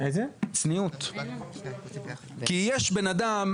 כי יש בן אדם,